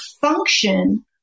function